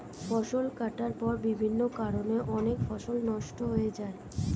ফসল কাটার পর বিভিন্ন কারণে অনেক ফসল নষ্ট হয়ে যায়